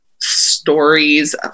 stories